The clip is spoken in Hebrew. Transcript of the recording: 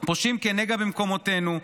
הפושים כנגע במקומותינו,